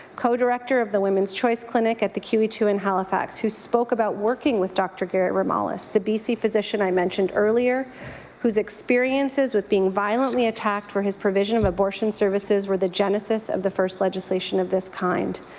codirector of the women's choice clinic at the qeii in halifax who spoke about working with dr. gary romalis, the b c. physician i mentioned earlier whose experiences with being violently attacked for his provision of abortion services were the genesis of the first legislation of this kind.